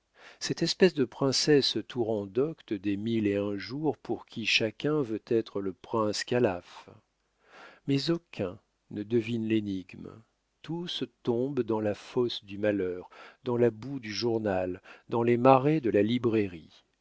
cette espèce de princesse tourandocte des mille et un jours pour qui chacun veut être le prince calaf mais aucun ne devine l'énigme tous tombent dans la fosse du malheur dans la boue du journal dans les marais de la librairie